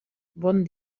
bon